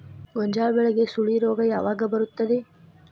ಗೋಂಜಾಳ ಬೆಳೆಗೆ ಸುಳಿ ರೋಗ ಯಾವಾಗ ಬರುತ್ತದೆ?